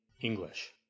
English